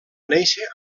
néixer